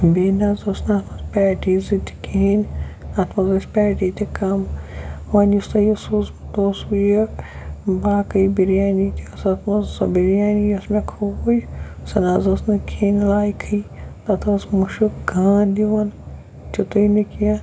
بیٚیہِ نہ حظ اوس نہٕ اَتھ منٛز پیٹی زٕ تہِ کِہیٖنۍ اَتھ منٛز ٲسۍ پیٹی تہِ کَم وۄنۍ یُس تۄہہِ یُس سوٗزمُت اوسوُ یہِ باقٕے بِریانی تہِ ٲسۍ اَتھ منٛز سۄ بِریانی یُس مےٚ کھوٗج سۄ نہ حظ ٲس نہٕ کھٮ۪نۍ لایکھٕے تَتھ اوس مُشُک گانٛد یِوان تیٚتُے نہٕ کینٛہہ